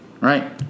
right